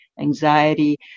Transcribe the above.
anxiety